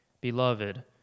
Beloved